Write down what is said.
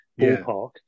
ballpark